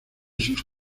sus